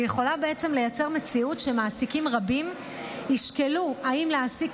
ויכולה בעצם לייצר מציאות שמעסיקים רבים ישקלו אם להעסיק